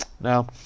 Now